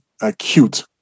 acute